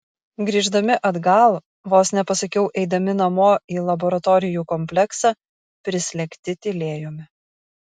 grįždami atgal vos nepasakiau eidami namo į laboratorijų kompleksą prislėgti tylėjome